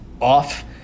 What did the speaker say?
off